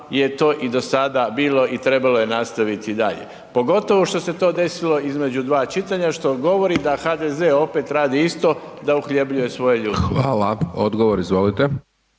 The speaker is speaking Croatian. Hvala. Odgovor, izvolite.